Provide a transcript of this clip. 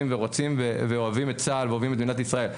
ורוצים ואוהבים את צה"ל ומדינת ישראל.